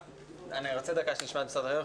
אני רוצה שנשמע את משרד החינוך,